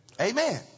Amen